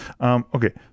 Okay